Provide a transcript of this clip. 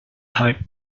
type